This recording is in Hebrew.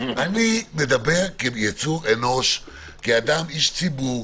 מדבר כיצור אנוש, כאיש ציבור.